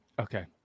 Okay